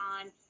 on